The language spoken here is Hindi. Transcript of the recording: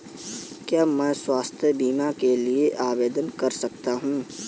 क्या मैं स्वास्थ्य बीमा के लिए आवेदन कर सकता हूँ?